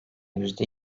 yüzde